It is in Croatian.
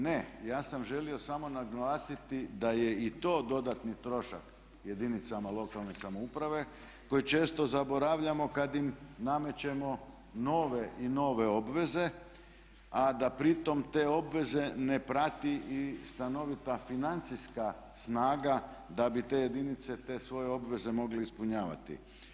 Ne, ja sam želio samo naglasiti da je i to dodatni trošak jedinicama lokalne samouprave koji često zaboravljamo kad im namećemo nove i nove obveze, a da pritom te obveze ne prati i stanovita financijska snaga da bi te jedinice te svoje obveze mogle ispunjavati.